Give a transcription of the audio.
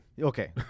Okay